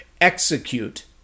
execute